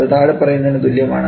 അത് താഴെ പറയുന്നതിനു തുല്യമാണ്